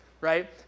Right